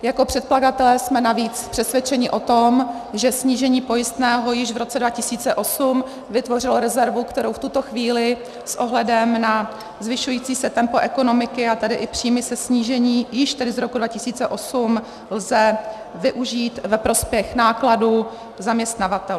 Jako předkladatelé jsme navíc přesvědčeni o tom, že snížení pojistného již v roce 2008 vytvořilo rezervu, kterou v tuto chvíli s ohledem na zvyšující se tempo ekonomiky, a tedy i příjmy ze snížení již tedy z roku 2008 lze využít ve prospěch nákladů zaměstnavatelů.